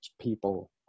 people